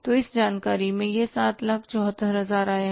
तो इस जानकारी में यह 774000 आया है